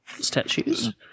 Statues